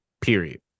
period